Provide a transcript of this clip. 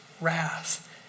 wrath